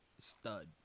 stud